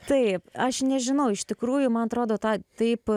taip aš nežinau iš tikrųjų man atrodo to taip